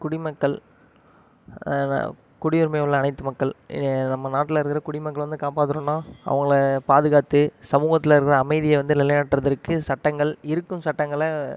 குடிமக்கள் குடியுரிமை உள்ள அனைத்து மக்கள் நம்ம நாட்டில் இருக்கிற குடிமக்களை வந்து காப்பாற்றனுனா அவங்களை பாதுக்காத்து சமூகத்தில் இருக்கிற அமைதியை வந்து நிலைநாட்டுறதற்கு சட்டங்கள் இருக்கும் சட்டங்களை